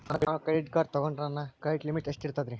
ನಾನು credit card ತೊಗೊಂಡ್ರ ನನ್ನ ಕ್ರೆಡಿಟ್ ಲಿಮಿಟ್ ಎಷ್ಟ ಇರ್ತದ್ರಿ?